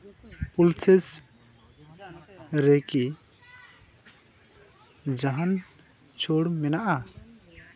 pulses ᱨᱮᱠᱤ ᱡᱟᱦᱟᱱ ᱪᱷᱟᱹᱲ ᱢᱮᱱᱟᱜᱼᱟ